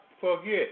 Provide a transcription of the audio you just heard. forget